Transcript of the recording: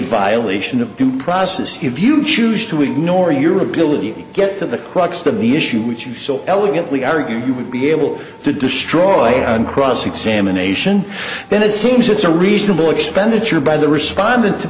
violation of due process have you choose to ignore your ability to get to the crux of the issue which you so elegantly are you would be able to destroy on cross examination then it seems it's a reasonable expenditure by the respondent